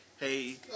Hey